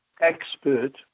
expert